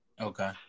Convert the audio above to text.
Okay